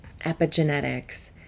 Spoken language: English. epigenetics